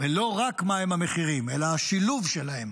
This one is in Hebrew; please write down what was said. ולא רק מה הם המחירים, אלא השילוב שלהם.